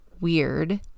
weird